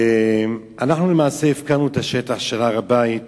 אנחנו למעשה הפקרנו את השטח של הר-הבית